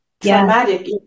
traumatic